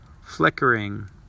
flickering